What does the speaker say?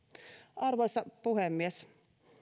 arvoisa puhemies